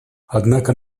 однако